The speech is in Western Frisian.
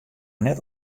net